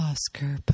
Oscar